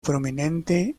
prominente